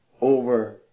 over